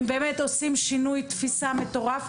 הם עושים שינוי תפיסה מטורף.